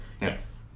Yes